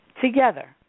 together